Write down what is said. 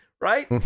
right